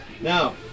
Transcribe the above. Now